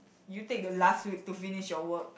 you take the last week to finish your work